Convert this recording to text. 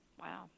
wow